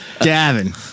Gavin